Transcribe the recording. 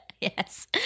Yes